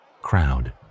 crowd